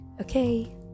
okay